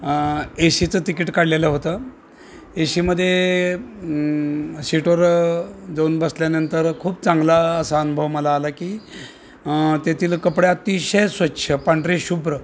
एशीचं ticket काढलेलं होतं एशीमध्ये शीटवर जाऊन बसल्यानंतर खूप चांगला असा अनुभव मला आला की तेथील कपडे अतिशय स्वच्छ पांढरे शुभ्र